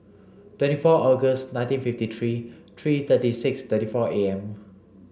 twenty four August nineteen fifty three three thirty six thirty four A M